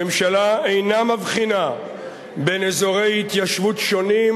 הממשלה אינה מבחינה בין אזורי התיישבות שונים,